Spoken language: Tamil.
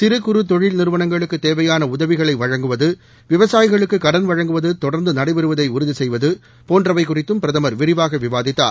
சிறு குறு தொழில் நிறுவனங்களுக்கு தேவையான உதவிகளை வழங்குவது விவசாயிகளுக்கு கடன் வழங்குவது தொடர்ந்து நடைபெறுவதை உறுதி செய்வது போன்றவை குறித்தும் பிரதமர் விரிவாக விவாதித்தார்